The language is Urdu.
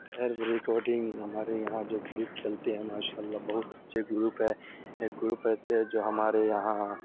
ریکارڈنگ ہمارے یہاں جو گروپ چلتے ہیں ماشاء اللہ بہت اچھے گروپ ہے ایک گروپ رہتے جو ہمارے یہاں